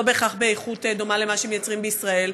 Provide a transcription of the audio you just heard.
לא בהכרח באיכות דומה למה שמייצרים בישראל.